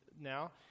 now